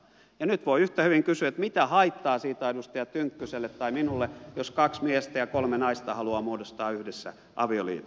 ja nyt voi yhtä hyvin kysyä mitä haittaa siitä on edustaja tynkkyselle tai minulle jos kaksi miestä ja kolme naista haluaa muodostaa yhdessä avioliiton